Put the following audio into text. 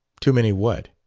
too many what?